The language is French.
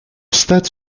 stade